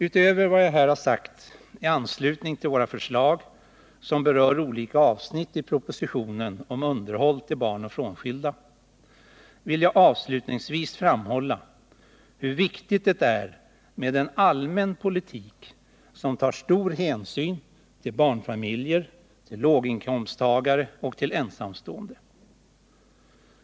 Utöver vad jag här har sagt i anslutning till våra förslag, som berör olika avsnitt i propositionen om underhåll till barn och frånskilda, vill jag avslutningsvis framhålla hur viktigt det är med en allmän politik som tar stor hänsyn till barnfamiljer, till låginkomsttagare och till ensamstående.